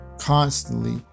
constantly